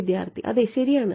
വിദ്യാർത്ഥി അതേ ശരിയാണ്